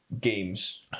games